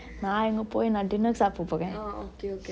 நா இங்க போய் நா:naa ingge poi naa dinner சாப்ர போர:saapre pore